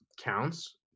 counts